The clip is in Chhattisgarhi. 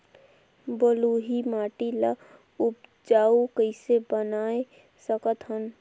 बलुही माटी ल उपजाऊ कइसे बनाय सकत हन?